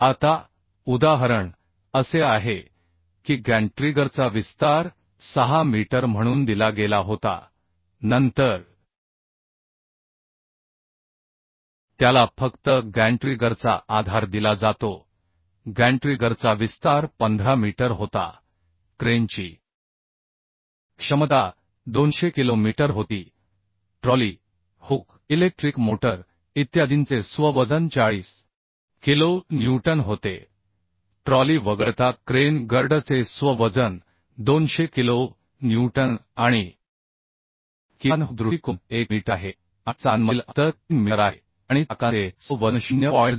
आता उदाहरण असे आहे की गॅन्टट्रिगरचा विस्तार 6 मीटर म्हणून दिला गेला होता नंतर त्याला फक्त गॅन्ट्रिगरचा आधार दिला जातो गॅन्ट्रिगरचा विस्तार 15 मीटर होता क्रेनची क्षमता 200 किलो मीटर होती ट्रॉली हुक इलेक्ट्रिक मोटर इत्यादींचे स्व वजन 40 किलो न्यूटन होते ट्रॉली वगळता क्रेन गर्डरचे स्व वजन 200 किलो न्यूटन आणि किमान हुक दृष्टीकोन 1 मीटर आहे आणि चाकांमधील अंतर 3 मीटर आहे आणि चाकांचे स्व वजन 0 आहे